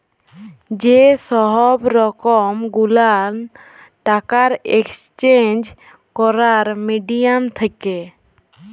যে সহব রকম গুলান টাকার একেসচেঞ্জ ক্যরার মিডিয়াম থ্যাকে